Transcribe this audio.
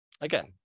Again